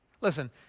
Listen